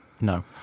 No